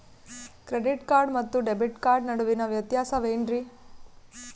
Credit card ಮತ್ತು debit card ನಡುವಿನ ವ್ಯತ್ಯಾಸ ವೇನ್ರೀ?